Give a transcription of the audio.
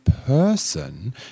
person